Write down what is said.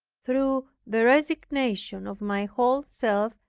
through the resignation of my whole self,